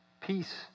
Peace